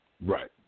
Right